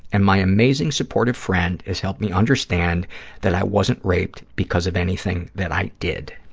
and my amazing, supportive friend has helped me understand that i wasn't raped because of anything that i did.